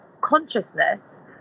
consciousness